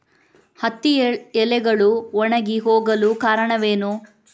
ಹತ್ತಿ ಎಲೆಗಳು ಒಣಗಿ ಹೋಗಲು ಕಾರಣವೇನು?